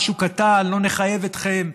משהו קטן, לא נחייב אתכם.